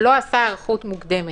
לא עשה היערכות מוקדמת.